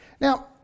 Now